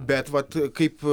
bet vat kaip